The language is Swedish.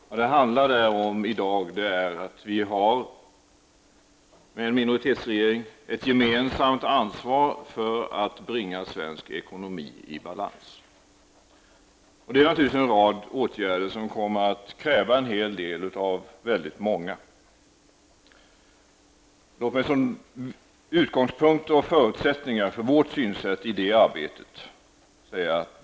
Vad det handlar om är att vi i dag med en minoritetsregering har ett gemensamt ansvar för att bringa svensk ekonomi i balans. Det kommer naturligtvis att kräva en rad åtgärder av väldigt många. Låt mig säga något om de utgångspunkter och förutsättningar som enligt vårt synsätt finns för det arbetet.